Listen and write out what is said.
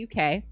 UK